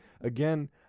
Again